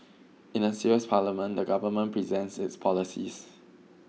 in a serious parliament the government presents its policies